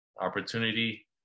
opportunity